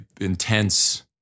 intense